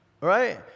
right